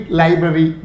library